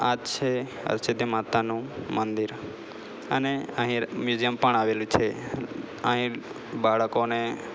આ છે હરસિધ્ધિ માતાનું મંદિર અને અહીં મ્યુઝિયમ પણ આવેલું છે અહીં બાળકોને